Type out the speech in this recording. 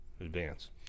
advance